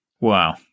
Wow